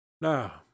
Now